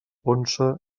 onça